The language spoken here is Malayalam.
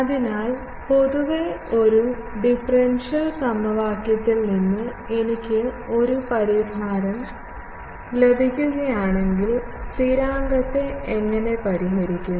അതിനാൽ പൊതുവെ ഒരു ഡിഫറൻഷ്യൽ സമവാക്യത്തിൽ നിന്ന് എനിക്ക് ഒരു പരിഹാരം ലഭിക്കുകയാണെങ്കിൽ സ്ഥിരാങ്കത്തെ എങ്ങനെ പരിഹരിക്കും